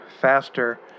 faster